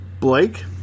Blake